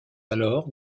alors